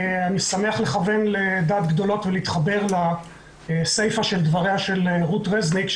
אני שמח לכוון לדעת גדולות ולהתחבר לסיפא של דבריה של רות רזניק,